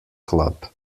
club